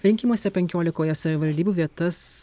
rinkimuose penkiolikoje savivaldybių vietas